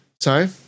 Sorry